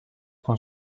con